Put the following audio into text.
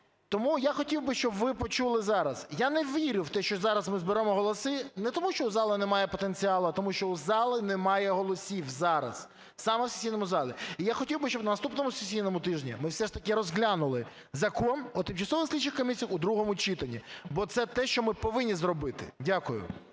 Тому я хотів би, щоб ви почули зараз. Я не вірю в те, що зараз ми зберемо голоси не тому, що у зала немає потенціалу, а тому, що у зали немає голосів зараз. Саме в сесійному залі. І я хотів би, щоб на наступному сесійному тижні ми все ж таки розглянули Закон про тимчасові слідчі комісії у другому читанні, бо це те. що ми повинні зробити. Дякую.